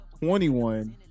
21